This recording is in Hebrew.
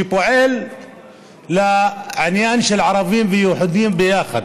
שפועל לעניין של ערבים ויהודים ביחד.